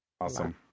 Awesome